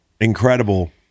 Incredible